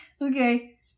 Okay